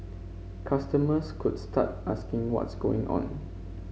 customers could start asking what's going on